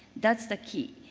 that's the key.